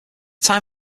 time